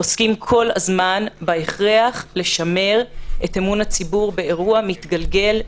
עוסקים כל הזמן בהכרח לשמר את אמון הציבור באירוע מתגלגל,